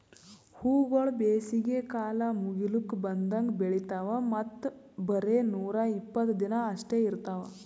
ಹೂವುಗೊಳ್ ಬೇಸಿಗೆ ಕಾಲ ಮುಗಿಲುಕ್ ಬಂದಂಗ್ ಬೆಳಿತಾವ್ ಮತ್ತ ಬರೇ ನೂರಾ ಇಪ್ಪತ್ತು ದಿನ ಅಷ್ಟೆ ಇರ್ತಾವ್